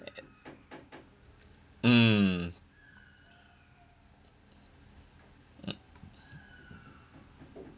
mm